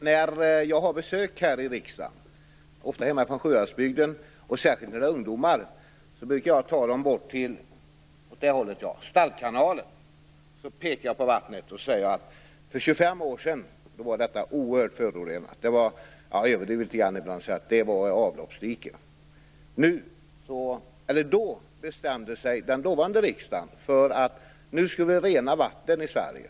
Herr talman! När jag har besök här i riksdagen - ofta hemifrån Sjuhäradsbygden, och särskilt när det är ungdomar - brukar jag ta gästerna bort till Stallkanalen. Jag pekar på vattnet och säger att det var oerhört förorenat för 25 år sedan. Jag överdriver litet grand ibland och säger att det var ett avloppsdike. Då bestämde sig den dåvarande riksdagen för att rena vattnen i Sverige.